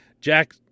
Jack